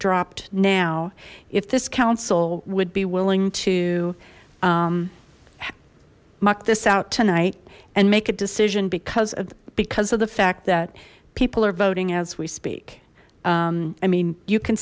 dropped now if this council would be willing to muck this out tonight and make a decision because of because of the fact that people are voting as we speak i mean you can